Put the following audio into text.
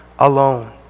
Alone